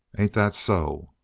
ain't that so?